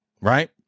Right